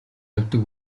явдаг